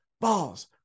balls